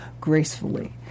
gracefully